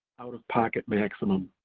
out of pocket maximum.